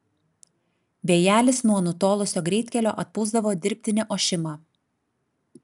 vėjelis nuo nutolusio greitkelio atpūsdavo dirbtinį ošimą